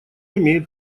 имеет